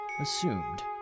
assumed